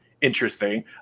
interesting